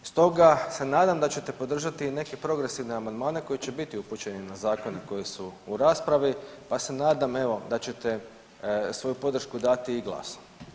Stoga se nadam da ćete podržati i neke progresivne amandmane koji će biti upućeni na zakone koji su u raspravi, pa se nadam da ćete svoju podršku dati i glasom.